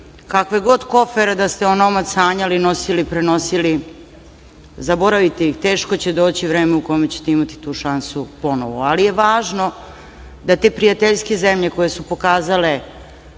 kakve god kofere da ste onomad sanjali, prenosili, zaboravite, teško će doći vreme kada ćete imati tu šansu ponovo, ali je važno da te prijateljske zemlje koje su pokazale